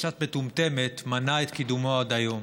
קצת מטומטמת מנעה את קידומו עד היום.